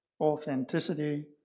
authenticity